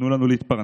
תנו לנו להתפרנס.